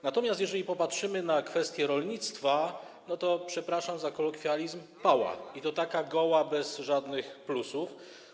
Natomiast jeżeli popatrzymy na kwestię rolnictwa, to - przepraszam za kolokwializm - pała, i to taka goła, bez żadnych plusów.